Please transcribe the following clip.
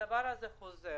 הדבר הזה חוזר.